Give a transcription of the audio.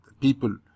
people